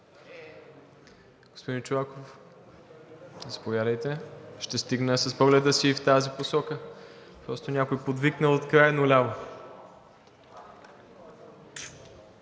Господин Чолаков, заповядайте. Ще стигна с погледа си и в тази посока. Просто някой подвикна от крайно ляво.